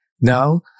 Now